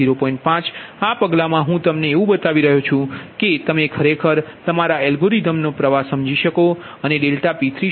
5 આ પગલા મા હું તમને એવું બતાવી રહ્યો છું કે તમે ખરેખર તમારા અલ્ગોરિધમનો પ્રવાહ સમજી શકો અને ∆P30 1